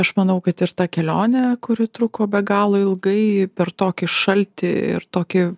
aš manau kad ir ta kelionė kuri truko be galo ilgai per tokį šaltį ir tokį